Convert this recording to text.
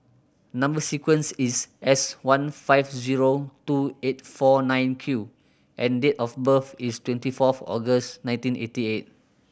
number sequence is S one five zero two eight four nine Q and date of birth is twenty fourth August nineteen eighty eight